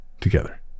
together